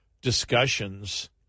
discussions